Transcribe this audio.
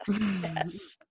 Yes